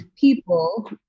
people